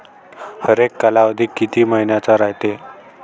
हरेक कालावधी किती मइन्याचा रायते?